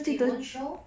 it won't show